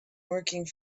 working